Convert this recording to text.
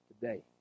today